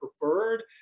preferred